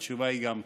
התשובה היא גם כן.